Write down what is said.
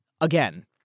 again